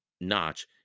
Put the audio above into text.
notch